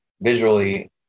visually